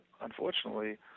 unfortunately